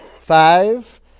Five